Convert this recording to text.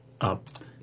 up